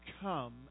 come